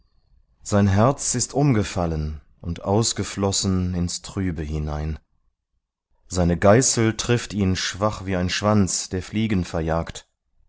sein herz ist umgefallen und ausgeflossen ins trübe hinein seine geißel trifft ihn schwach wie ein schwanz der fliegen verjagt